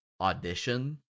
Audition